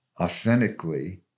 authentically